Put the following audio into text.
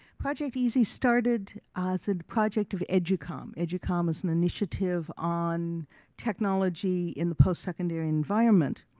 project easi started as a project of educom. educom was an initiative on technology in the postsecondary environment,